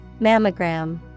Mammogram